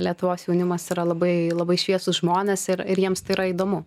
lietuvos jaunimas yra labai labai šviesūs žmonės ir ir jiems tai yra įdomu